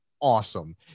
awesome